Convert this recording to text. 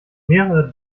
mehrere